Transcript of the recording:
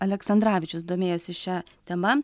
aleksandravičius domėjosi šia tema